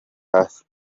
hasi